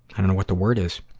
i dunno what the word is.